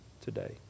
today